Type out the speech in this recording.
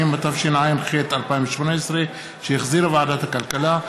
120), התשע"ח 2018, שהחזירה ועדת הכלכלה.